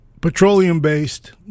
petroleum-based